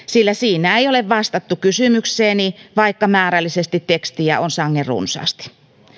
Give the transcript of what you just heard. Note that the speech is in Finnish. sillä siinä ei ole vastattu kysymykseeni vaikka määrällisesti tekstiä on sangen runsaasti